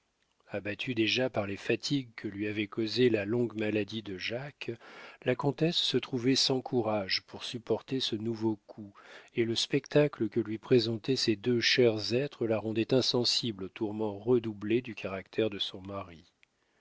abattue déjà par les fatigues que lui avait causées la longue maladie de jacques la comtesse se trouvait sans courage pour supporter ce nouveau coup et le spectacle que lui présentaient ces deux chers êtres la rendait insensible aux tourments redoublés du caractère de son mari